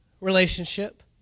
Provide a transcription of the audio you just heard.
relationship